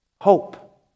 Hope